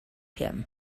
him